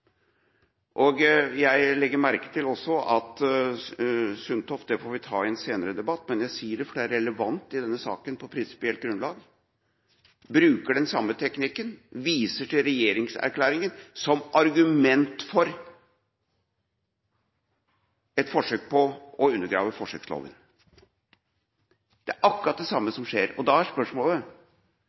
går. Jeg legger også merke til at statsråd Sundtoft bruker den samme teknikken. Det får vi ta i en senere debatt, men jeg sier det fordi det er prinsipielt relevant i denne saken. Sundtoft viser til regjeringserklæringa som argument for et forsøk på å undergrave forsøksloven. Det er akkurat det samme som skjer, og da er spørsmålet: